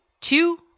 two